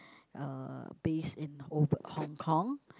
uh based in ov~ Hong-Kong